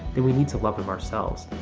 we need to love him ourselves.